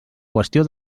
qüestió